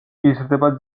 იზრდება